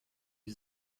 die